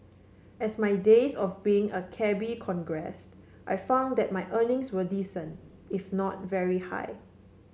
as my days of being a cabby crogressed I found that my earnings were decent if not very high